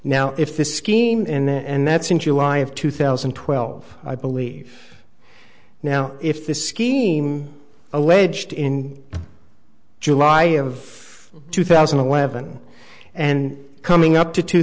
now if this scheme and that's in july of two thousand and twelve i believe now if the scheme alleged in july of two thousand and eleven and coming up to two